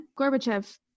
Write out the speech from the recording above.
Gorbachev